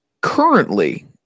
currently